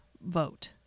vote